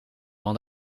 want